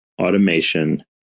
automation